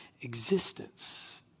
existence